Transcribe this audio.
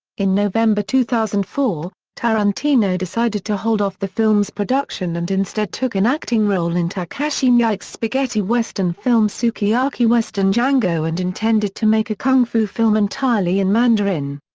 in november two thousand and four, tarantino decided to hold off the film's production and instead took an acting role in takashi miike's spaghetti western film sukiyaki western django and intended to make a kung fu film entirely in mandarin.